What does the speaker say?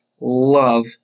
Love